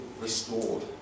restored